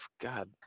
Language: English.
God